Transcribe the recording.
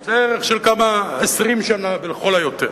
זה ערך של 20 שנה לכל היותר.